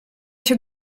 się